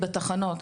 בתחנות.